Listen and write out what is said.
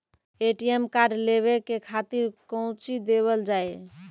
ATM card लेवे के खातिर कौंची देवल जाए?